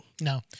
no